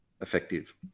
effective